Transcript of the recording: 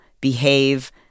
behave